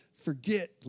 forget